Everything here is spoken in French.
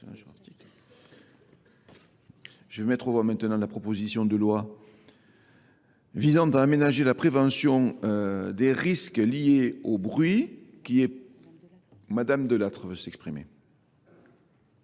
Je vais maintenant mettre en voie la proposition de loi visant à aménager la prévention des risques liés au bruit. Madame Delattre veut s'exprimer.